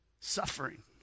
Suffering